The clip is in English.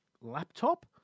laptop